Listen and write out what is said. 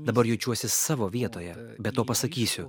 dabar jaučiuosi savo vietoje be to pasakysiu